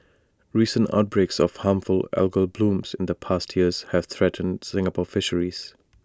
recent outbreaks of harmful algal blooms in the past years have threatened Singapore fisheries